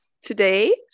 today